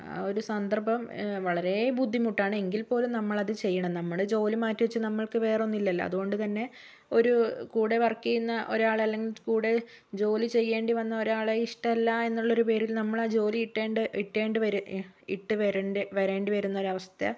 ആ ഒരു സന്ദർഭം വളരേ ബുദ്ധിമുട്ടാണ് എങ്കിൽ പോലും നമ്മളത് ചെയ്യണം നമ്മള് ജോലി മാറ്റിവെച്ച് നമ്മൾക്ക് വേറൊന്നില്ലല്ലോ അതുകൊണ്ടുതന്നെ ഒരു കൂടെ വർക്ക് ചെയ്യുന്ന ഒരാള് അല്ലെങ്കിൽ കൂടെ ജോലി ചെയ്യേണ്ടി വന്ന ഒരാളെ ഇഷ്ടമല്ല എന്നുള്ളൊരു പേരിൽ നമ്മൾ ആ ജോലി ഇട്ട് വരേണ്ടി വരുന്ന ഒര് അവസ്ഥ